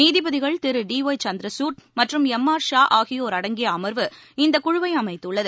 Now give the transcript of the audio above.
நீதிபதிகள் திரு D Y Chandrachud மற்றும் எம் ஆர் ஷா ஆகியோர் அடங்கிய அமர்வு இந்தக்குழுவை அமைத்துள்ளது